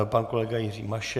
Pan kolega Jiří Mašek.